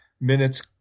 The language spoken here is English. minutes